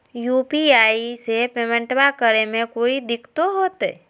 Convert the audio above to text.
UPI से पेमेंटबा करे मे कोइ दिकतो होते?